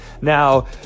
Now